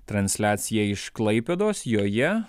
transliaciją iš klaipėdos joje